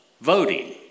voting